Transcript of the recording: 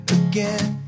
again